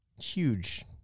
huge